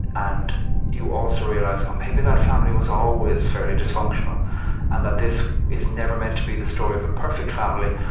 and you also realize, oh, maybe that family was always fairly dysfunctional and that this is never meant to be the story of a perfect family,